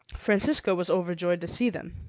francisco was overjoyed to see them.